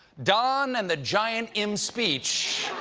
don and the giant imspeech.